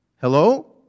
Hello